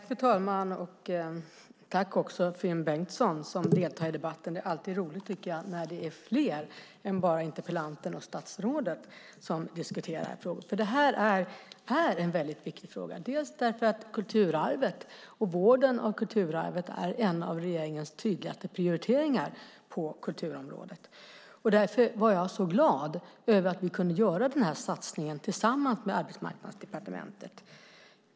Fru talman! Det är roligt att även Finn Bengtsson deltar i debatten. Det är alltid roligt när det är fler än endast interpellanten och statsrådet som diskuterar. Det här är en viktig fråga. Kulturarvet och vården av det är en av regeringens tydligaste prioriteringar på kulturområdet. Därför var jag mycket glad över att vi kunde göra satsningen tillsammans med Arbetsmarknadsdepartementet.